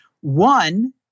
One